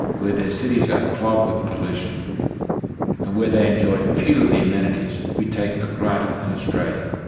where their cities are clogged with pollution and where they enjoy few of the amenities we take for granted in australia.